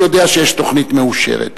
אני יודע שיש תוכנית מאושרת.